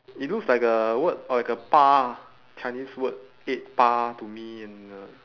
it looks like a word or like a 八 chinese word eight 八 to me in the